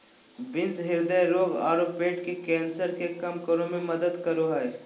beans हृदय रोग आरो पेट के कैंसर के कम करे में मदद करो हइ